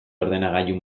ordenagailu